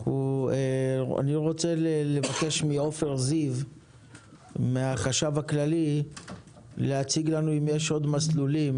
אני רוצה לבקש מעופר זיו מהחשב הכללי להציג לנו אם יש עוד מסלולים